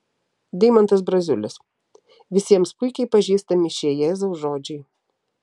deimantas braziulis visiems puikiai pažįstami šie jėzaus žodžiai